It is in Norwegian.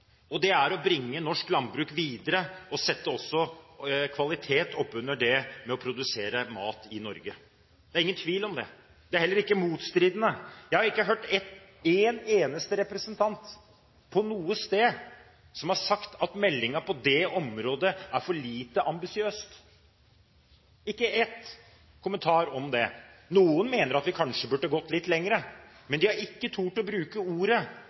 det er å bringe norsk landbruk videre, og det stiller også krav til kvalitet i forbindelse med det å produsere mat i Norge. Det er ingen tvil om det. Det er heller ikke motstridende. Jeg har ikke hørt én eneste representant noe sted som har sagt at meldingen på det området er for lite ambisiøs – ikke én kommentar om det. Noen mener at vi kanskje burde gått litt lenger, men de har ikke tort å bruke ordet